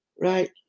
Right